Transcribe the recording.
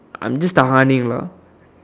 I'm just tahan ing lah